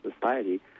society